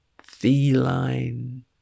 Feline